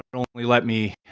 but only let me